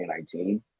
2019